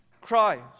Christ